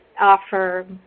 offer